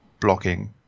blocking